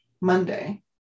Monday